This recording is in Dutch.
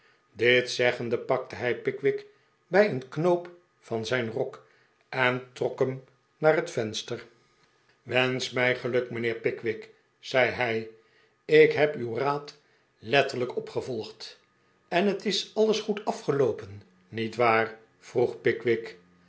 dit zeggende pakte hij pickwick bij een knoop van zijn rok en trok hem naar het venster wensch mij geluk mijnheer pickwick zei hij ik heb uw raad letterlfjk opgevolgd en het is alles goed afgeloopen niet waar vroeg pickwick